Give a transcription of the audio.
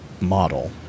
model